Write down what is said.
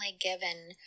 given